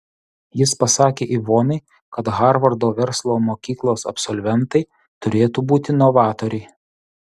jis pasakė ivonai kad harvardo verslo mokyklos absolventai turėtų būti novatoriai